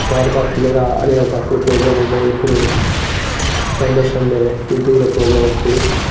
పాడుతా తీయగా అనే ఒకప్పుడు ప్రోగ్రాం ఉండేది ఇప్పుడు సండే సండే ఈటీవీలో ప్రోగ్రాం వస్తుంది